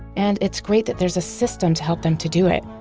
and it's great that there is a system to help them to do it